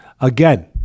Again